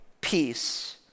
peace